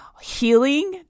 healing